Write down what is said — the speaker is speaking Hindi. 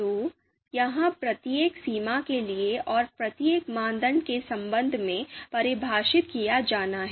तो यह प्रत्येक सीमा के लिए और प्रत्येक मानदंड के संबंध में परिभाषित किया जाना है